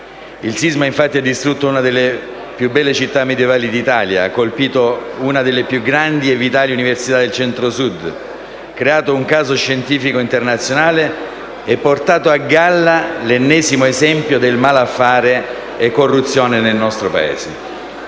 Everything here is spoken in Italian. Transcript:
Il sisma infatti ha distrutto una delle più belle città medioevali d'Italia, ha colpito una delle più grandi e vitali università del Centro-Sud, creato un caso scientifico internazionale e portato a galla l'ennesimo esempio del malaffare e corruzione nel nostro Paese.